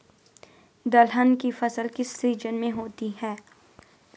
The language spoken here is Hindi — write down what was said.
दलहन की फसल किस सीजन में होती है?